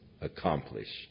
accomplished